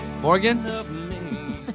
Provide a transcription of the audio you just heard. Morgan